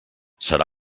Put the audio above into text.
serà